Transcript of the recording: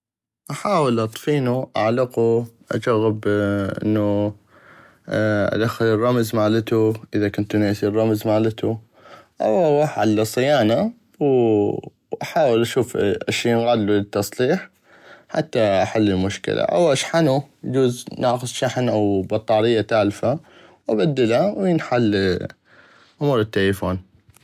احاول اطفينو اعلقو اجغب انو ادخل الرمز مالتو اذا كنتو نيسي الرمز مالتو او اغوح على الصيانة وواحاول اشوف اش ينغادلو للتصليح حتى احل المشكلة او اشحنو اجوز ناقص شخن او بطارية تالفة وابدله وينحل امور التلفون.